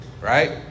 right